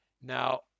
Now